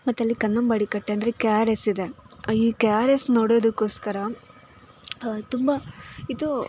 ಮತ್ತು ಅಲ್ಲಿ ಕನ್ನಂಬಾಡಿ ಕಟ್ಟೆ ಅಂದರೆ ಕೆ ಆರ್ ಎಸ್ ಇದೆ ಈ ಕೆ ಆರ್ ಎಸ್ ನೋಡೋದಕ್ಕೋಸ್ಕರ ತುಂಬ ಇದು